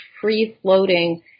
free-floating